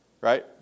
right